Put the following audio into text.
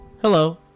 Hello